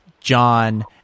John